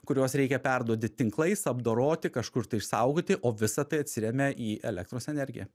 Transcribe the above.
kuriuos reikia perduoti tinklais apdoroti kažkur tai išsaugoti o visa tai atsiremia į elektros energiją